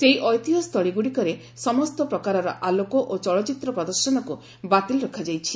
ସେହି ଐତିହ୍ୟସ୍ଥଳୀ ଗୁଡ଼ିକରେ ସମସ୍ତ ପ୍ରକାରର ଆଲୋକ ଓ ଚଳଚ୍ଚିତ୍ର ପ୍ରଦର୍ଶନକୁ ବାତିଲ ରଖାଯାଇଛି